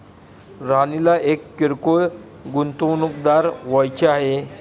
राणीला एक किरकोळ गुंतवणूकदार व्हायचे आहे